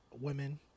women